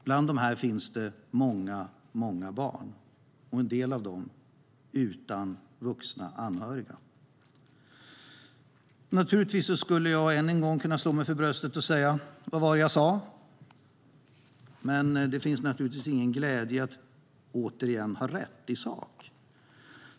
Bland dem finns många, många barn, och en del av dem står utan några vuxna anhöriga. Naturligtvis skulle jag än en gång kunna slå mig för bröstet och säga: Vad var det jag sa? Men det finns naturligtvis ingen glädje i att återigen ha rätt i sak.